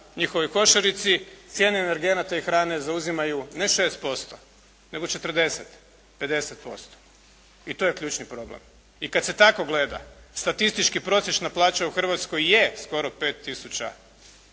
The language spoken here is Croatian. njihovoj košarici cijena energenata i hrane zauzimaju ne 6%, nego 40, 50% i to je ključni problem. I kada se tako gleda statistički prosječna plaća u Hrvatskoj je skoro 5